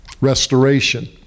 restoration